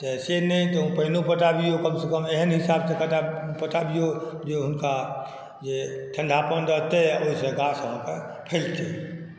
तऽ से नहि तऽ ओहि मे पानियो पटाबियै कमसँ कम एहेन हिसाबसँ पटाबियौ जे हुनका जे ठंडापन रहतै आ ओइसँ गाछ आहाँ कऽ फैलतै